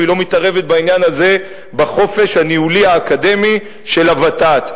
והיא לא מתערבת בעניין הזה בחופש הניהולי האקדמי של הות"ת.